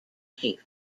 chief